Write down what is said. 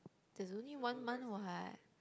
there's only one month what